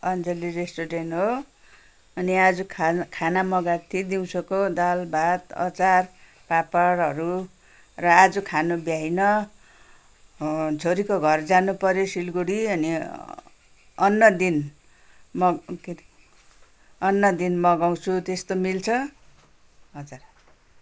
Anjali restaurant हो अनि आज खा खाना मगाएको थिएँ दिउँसोको दाल भात अचार पापडहरू र आज खानु भ्याइनँ छोरीको घर जानुपऱ्यो सिलगढी अनि अन्य दिन म के अरे अन्य दिन मगाउँछ त्यस्तो मिल्छ हजर